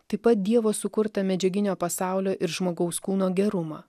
taip pat dievo sukurtą medžiaginio pasaulio ir žmogaus kūno gerumą